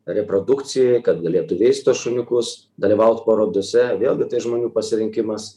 reprodukcijai kad galėtų veisti šuniukus dalyvaut parodose vėlgi tai žmonių pasirinkimas